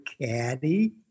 caddy